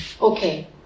Okay